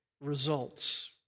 results